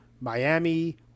Miami